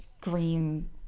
green